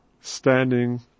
standing